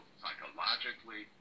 psychologically